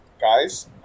Guys